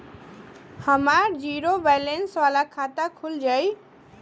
हमार zero balance वाला खाता खुल जाई?